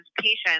patients